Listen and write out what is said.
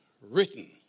written